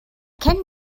can